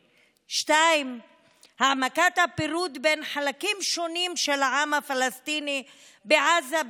2. העמקת הפירוד בין חלקים שונים של העם הפלסטיני בעזה,